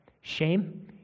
Shame